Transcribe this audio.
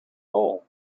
hole